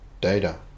data